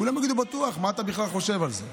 כולם יגידו: בטוח, מה אתה בכלל חושב על זה?